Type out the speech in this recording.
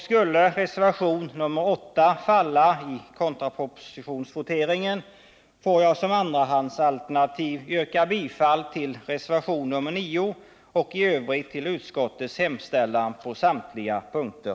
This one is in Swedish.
Skulle reservation nr 8 falla i kontrapropositionsvoteringen får jag som andrahandsalternativ yrka bifall till reservation nr 9 och i övrigt till utskottets hemställan på samtliga punkter.